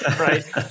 right